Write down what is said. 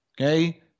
Okay